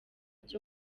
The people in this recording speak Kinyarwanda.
cyo